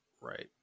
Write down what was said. Right